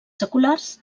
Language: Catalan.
seculars